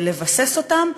לבסס אותם,